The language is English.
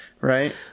Right